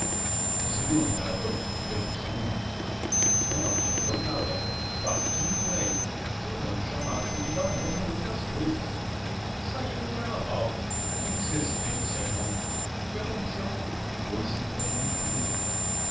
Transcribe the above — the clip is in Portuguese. você viu o imperador o pedro ii não havia jornaleco pasquim por aí que o não chamasse de banana e outras cousas saía no carnaval um desrespeito sem nome que aconteceu foi-se como um intruso